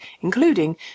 including